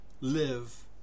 live